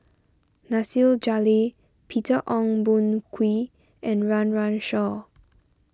Nasir Jalil Peter Ong Boon Kwee and Run Run Shaw